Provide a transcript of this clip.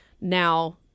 Now